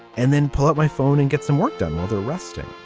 and then pull out my phone and get some work done other resting.